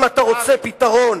אם אתה רוצה פתרון,